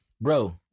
Bro